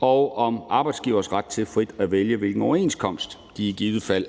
og om arbejdsgiveres ret til frit at vælge, hvilken overenskomst der i givet fald